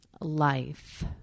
life